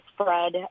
spread